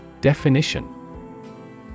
Definition